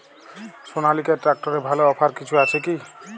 সনালিকা ট্রাক্টরে ভালো অফার কিছু আছে কি?